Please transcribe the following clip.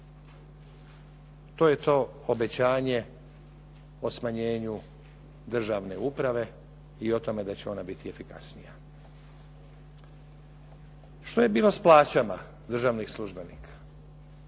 To je to obećanje o smanjenju državne uprave i o tome da će ona biti efikasnija. Što je bilo s plaćama državnih službenika?